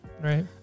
right